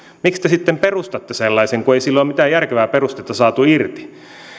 te sitten perustatte sellaisen kun ei sille ole mitään järkevää perustetta saatu irti